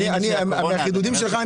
אני מפחד מהחידודים שלך,